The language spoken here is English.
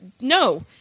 No